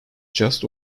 just